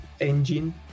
engine